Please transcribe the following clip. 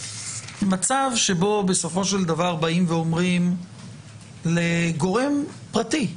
מצב שבו בסופו של דבר אומרים לגורם פרטי,